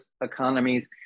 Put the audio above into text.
economies